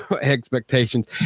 expectations